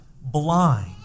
blind